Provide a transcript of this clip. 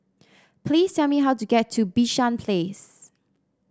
please tell me how to get to Bishan Place